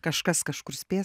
kažkas kažkur spės